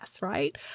right